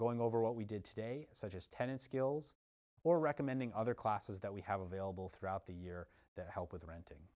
going over what we did today such as tenant skills or recommending other classes that we have available throughout the year that help with rent